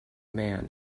man